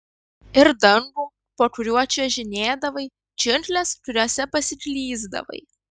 ir dangų po kuriuo čiuožinėdavai džiungles kuriose pasiklysdavai